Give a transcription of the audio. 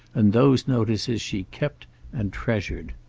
and those notices she kept and treasured.